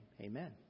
Amen